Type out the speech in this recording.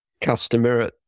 customer